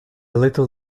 little